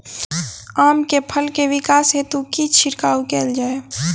आम केँ फल केँ विकास हेतु की छिड़काव कैल जाए?